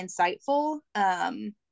insightful